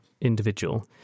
individual